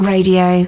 Radio